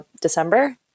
December